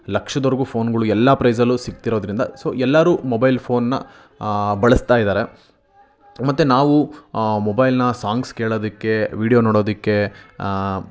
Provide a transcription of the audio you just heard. ಲಕ್ಷದ್ವರೆಗೂ ಫೋನ್ಗಳು ಎಲ್ಲ ಪ್ರೈಸಲ್ಲೂ ಸಿಗ್ತಿರೋದರಿಂದ ಸೊ ಎಲ್ಲರೂ ಮೊಬೈಲ್ ಫೋನ್ನಾ ಬಳಸ್ತಾಯಿದ್ದಾರೆ ಮತ್ತೆ ನಾವು ಮೊಬೈಲ್ನ ಸಾಂಗ್ಸ್ ಕೇಳೋದಕ್ಕೆ ವಿಡಿಯೋ ನೋಡೋದಕ್ಕೆ